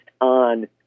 on